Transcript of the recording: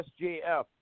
SJF